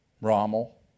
Rommel